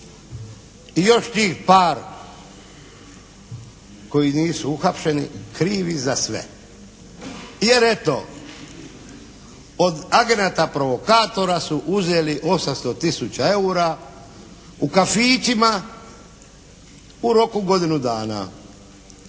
i još njih par koji nisu uhapšeni krivi za sve, jer eto od agenata provokatora su uzeli 800 000 eura u kafićima u roku godinu dana,